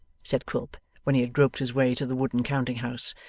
said quilp, when he had groped his way to the wooden counting-house,